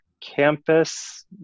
campus